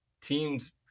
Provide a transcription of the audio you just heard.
teams